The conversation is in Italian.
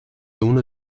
uno